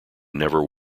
never